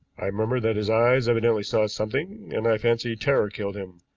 i remember that his eyes evidently saw something, and i fancy terror killed him.